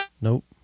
Nope